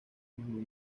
mismo